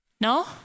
No